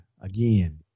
again